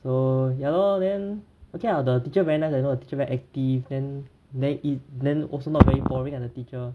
so ya lor then okay lah the teacher very nice also the teacher very active then it then also not very boring ah the teacher